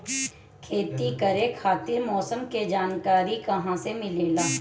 खेती करे खातिर मौसम के जानकारी कहाँसे मिलेला?